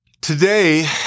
Today